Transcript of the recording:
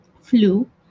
flu